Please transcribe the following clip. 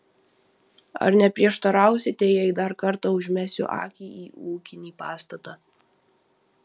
ar neprieštarausite jei dar kartą užmesiu akį į ūkinį pastatą